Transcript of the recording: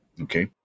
Okay